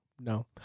No